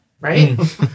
Right